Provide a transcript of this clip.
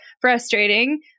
frustrating